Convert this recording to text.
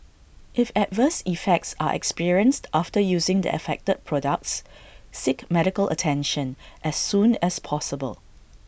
if adverse effects are experienced after using the affected products seek medical attention as soon as possible